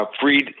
Freed